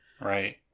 right